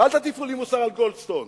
ואל תטיפו לי מוסר על גולדסטון